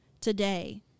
today